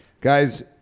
Guys